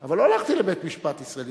אבל לא הלכתי לבית-משפט ישראלי,